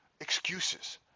excuses